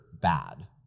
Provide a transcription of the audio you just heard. bad